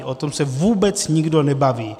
O tom se vůbec nikdo nebaví.